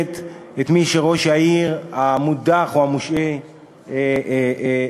את מי שראש העיר המודח או המושעה מציע,